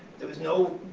there was no